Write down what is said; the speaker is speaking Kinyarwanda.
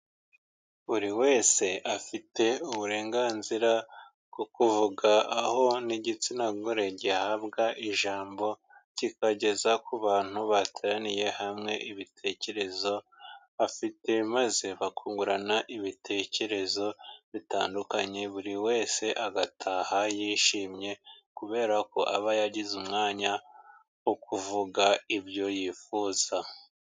Buri wese afite uburenganzira bwo kuvuga, aho n'igitsina gore gihabwa ijambo kikageza ku bantu bateraniye hamwe ibitekerezo afite, maze bakungurana ibitekerezo bitandukanye, buri wese agataha yishimye kubera ko aba yagize umwanya wo kuvuga ibyo yifuza.